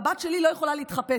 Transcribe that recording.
והבת שלי לא יכולה להתחפש,